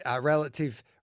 relative